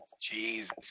Jesus